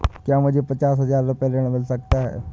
क्या मुझे पचास हजार रूपए ऋण मिल सकता है?